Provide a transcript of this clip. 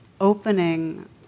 opening